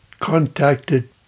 contacted